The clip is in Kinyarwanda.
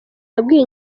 yabwiye